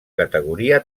categoria